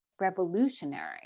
revolutionary